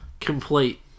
Complete